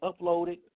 uploaded